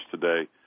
today